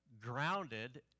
grounded